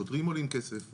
שוטרים עולים כסף,